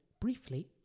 briefly